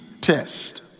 test